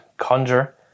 Conjure